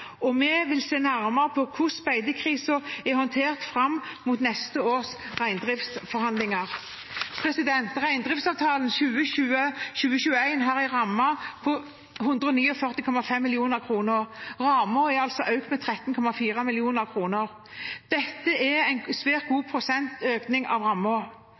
og vi vil se nærmere på hvordan beitekrisen er håndtert fram mot neste års reindriftsforhandlinger. Reindriftsavtalen 2020/2021 har en ramme på 149,5 mill. kr. Rammen er altså økt med 13,4 mill. kr. Dette er en svært god prosentvis økning av